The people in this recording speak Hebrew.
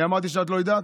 אני אמרתי שאת לא יודעת?